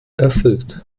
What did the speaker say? erfüllt